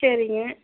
சரிங்க